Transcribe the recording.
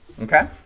okay